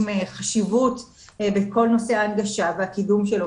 חשיבות בכל נושא ההנגשה והקידום שלו,